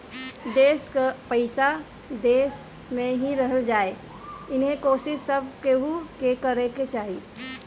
देस कअ पईसा देस में ही रह जाए इहे कोशिश सब केहू के करे के चाही